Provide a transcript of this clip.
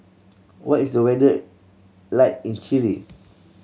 what is the weather like in Chile